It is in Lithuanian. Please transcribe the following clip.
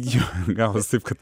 jo gavos taip kaip